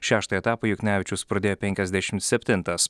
šeštą etapą juknevičius pradėjo penkiasdešimt septintas